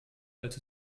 als